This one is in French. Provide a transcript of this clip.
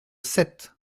sept